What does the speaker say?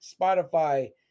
spotify